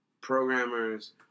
programmers